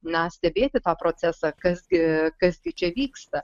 na stebėti tą procesą kas gi kas gi čia vyksta